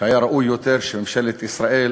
שהיה ראוי יותר שממשלת ישראל